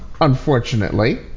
unfortunately